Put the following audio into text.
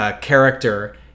character